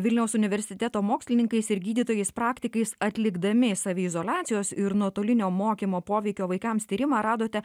vilniaus universiteto mokslininkais ir gydytojais praktikais atlikdami saviizoliacijos ir nuotolinio mokymo poveikio vaikams tyrimą radote